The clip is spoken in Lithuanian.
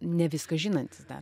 ne viską žinantis dar